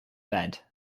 bed